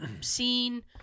scene